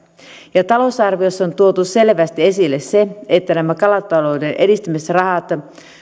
talousarviossa on tuotu selvästi esille se että nämä kalatalouden edistämisrahat